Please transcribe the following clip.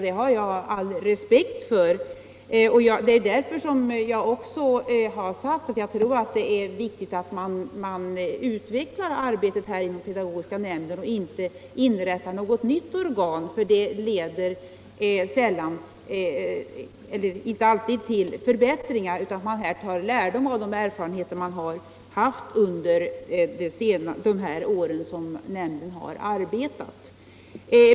Det har jag all respekt för, och det är därför som jag också har sagt att jag tror att det är viktigt att man utvecklar arbetet inom pedagogiska nämnden och inte inrättar något nytt organ — det leder inte alltid till förbättringar. Man bör ta lärdom av de erfarenheter som man har haft under de år då nämnden har arbetat.